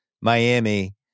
Miami